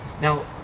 Now